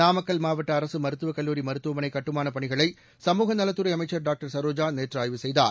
நாமக்கல் மாவட்ட அரசு மருத்துவக் கல்லூரி மருத்துவமனை கட்டுமானப் பணிகளை சமூகநலத்துறை அமைச்சர் டாக்டர் சரோஜா நேற்று ஆய்வு செய்தார்